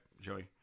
Joey